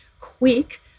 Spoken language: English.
quick